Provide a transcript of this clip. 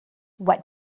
what